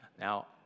Now